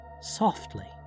softly